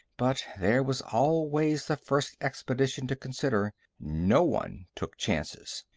but there was always the first expedition to consider no one took chances.